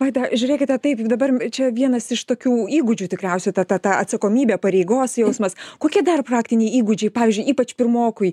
vaidą žiūrėkite taip dabar čia vienas iš tokių įgūdžių tikriausiai ta ta ta atsakomybė pareigos jausmas kokie dar praktiniai įgūdžiai pavyzdžiui ypač pirmokui